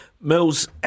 Mills